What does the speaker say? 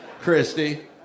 Christy